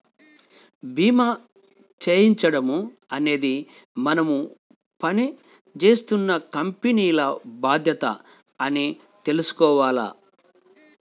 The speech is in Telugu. భీమా చేయించడం అనేది మనం పని జేత్తున్న కంపెనీల బాధ్యత అని తెలుసుకోవాల